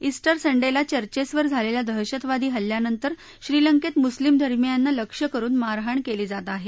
Easter Sunday ला चर्चेसवर झालेल्या दहशतवादी हल्ल्यानंतर श्रीलंकेत मुस्लीम धर्मीयांना लक्ष्य करुन मारहाण केली जात आहे